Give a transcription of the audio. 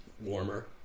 warmer